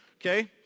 Okay